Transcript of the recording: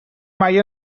mai